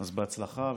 אז בהצלחה,